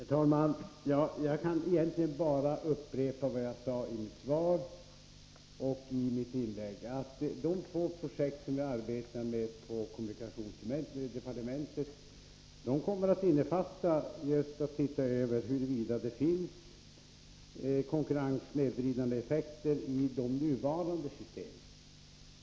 Herr talman! Jag kan egentligen bara upprepa vad jag sade i mitt svar och i mitt tidigare inlägg, att de två projekt som vi arbetar med på kommunikationsdepartementet kommer att omfatta just en översyn av huruvida det finns konkurrenssnedvridande effekter i de nuvarande systemen.